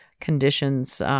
conditions